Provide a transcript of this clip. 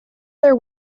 their